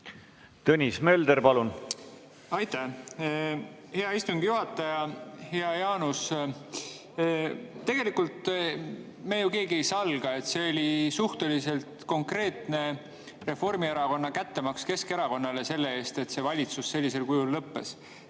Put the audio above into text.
korda kallimaks? Aitäh, hea istungi juhataja! Hea Jaanus! Tegelikult keegi ju ei salga, et see oli suhteliselt konkreetne Reformierakonna kättemaks Keskerakonnale selle eest, et see valitsus sellisel kujul lõppes.